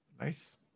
Nice